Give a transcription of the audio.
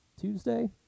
Tuesday